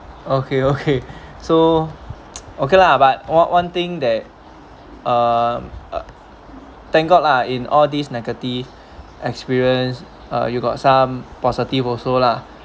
okay okay so okay lah but one one thing that uh uh thank god lah in all these negative experience uh you got some positive also lah